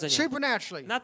supernaturally